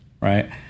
right